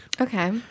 okay